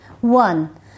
One